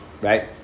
right